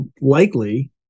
likely